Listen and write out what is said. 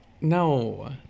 No